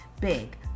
Big